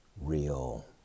real